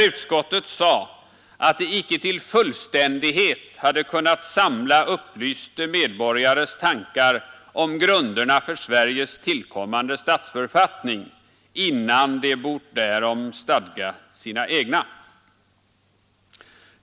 Utskottet ”hade önskat att till någon fullständighet hava kunnat samla upplyste medborgares tankar om grunderna för Sveriges tillkommande statsförfattning innan det bort därom stadga sina egna”.